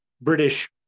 British